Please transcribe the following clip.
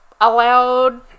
allowed